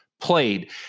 played